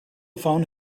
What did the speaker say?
phone